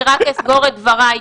אני רק אסגור את דבריי.